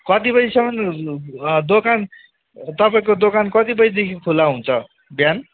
कति बजिसम्म दोकान तपाईँको दोकान कति कति बजीदेखि खुल्ला हुन्छ बिहान